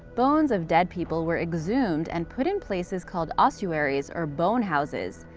bones of dead people were exhumed and put in places called ossuaries or bone houses.